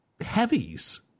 heavies